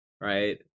right